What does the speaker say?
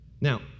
Now